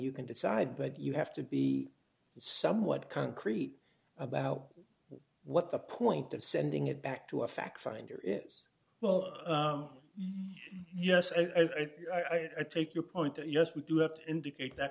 you can decide but you have to be somewhat concrete about what the point of sending it back to a fact finder is well yes i take your point yes we do have to indicate that